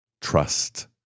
trust